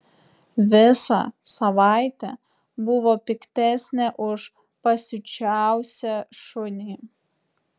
visą savaitę buvo piktesnė už pasiučiausią šunį